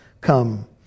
come